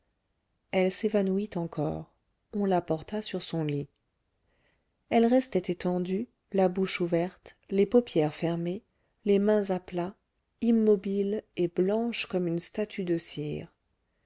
elle s'évanouit encore on la porta sur son lit elle restait étendue la bouche ouverte les paupières fermées les mains à plat immobile et blanche comme une statue de cire